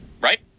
right